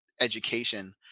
education